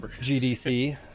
GDC